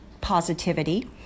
positivity